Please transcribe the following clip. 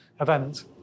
event